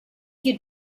you